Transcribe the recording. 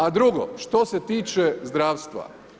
A drugo, što se tiče zdravstva.